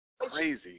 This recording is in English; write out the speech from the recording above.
crazy